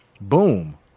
boom